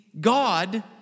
God